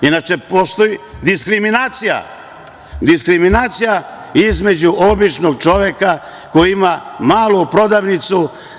Inače, postoji diskriminacija između običnog čoveka koji ima malu prodavnicu.